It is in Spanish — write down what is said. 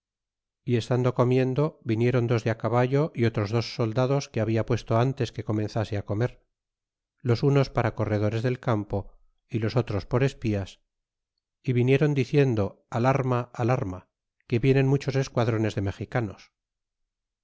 y estando comiendo vinieron dos de caballo y otros dos soldados que habla puesto tintes que comenzase á comer los unos para corredores del campo y los otros por espías y vinieron diciendo al arma al arma que vienen muchos esquadrones de mexicanos